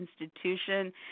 institution